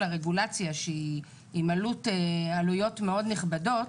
הרגולציה שהיא עם עלויות מאוד נכבדות,